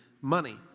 money